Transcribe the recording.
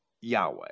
Yahweh